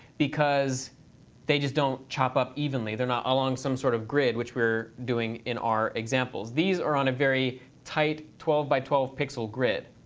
because they just don't chop up evenly. they're not along some sort of grid, which we're doing in our examples. these are on a very tight twelve by twelve pixel grid,